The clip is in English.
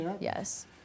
yes